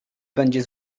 będzie